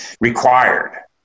required